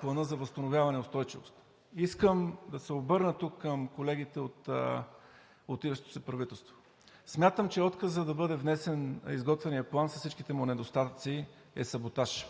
Плана за възстановяване и устойчивост. Искам да се обърна към колегите от отиващото си правителство. Смятам, че отказът да бъде внесен изготвеният план с всичките му недостатъци е саботаж.